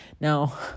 Now